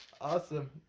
Awesome